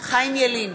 חיים ילין,